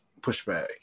pushback